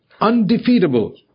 undefeatable